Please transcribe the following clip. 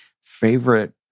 favorite